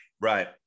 right